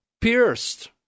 pierced